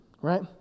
right